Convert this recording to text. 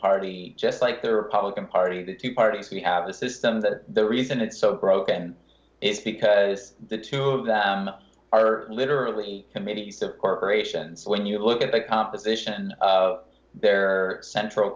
party just like the republican party the two parties we have the system that the reason it's so broken is because the two of them are literally committee of corporations when you look at the composition of their central